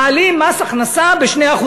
מעלים מס הכנסה ב-2%.